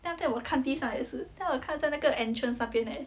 then after that 我看地上也是 then 我看着那个 entrance 那边 leh